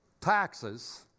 taxes